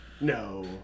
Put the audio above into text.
No